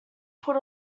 put